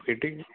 കിട്ടി